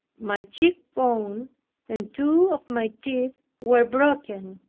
my cheekbone and two of my teeth were broken.